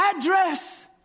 address